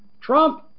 Trump